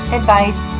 advice